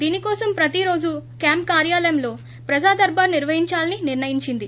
దీని కోసం ప్రతి రోజు క్యాంపు కార్యాలయంలో ప్రజాదర్భార్ను నిర్వహిందాలని నిర్ణయించింది